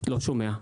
לא שומע.